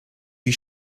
wie